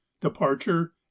departure